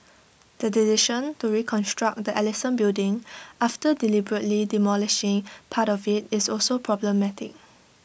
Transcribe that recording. the decision to reconstruct the Ellison building after deliberately demolishing part of IT is also problematic